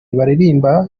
baririmbana